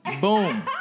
Boom